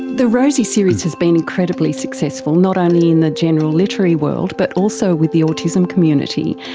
the rosie series has been incredibly successful, not only in the general literary world but also with the autism community,